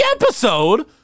episode